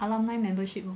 alumni membership mah